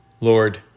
Lord